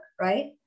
Right